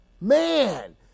Man